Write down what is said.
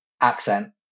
accent